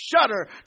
shudder